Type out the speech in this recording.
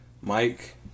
Mike